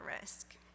risk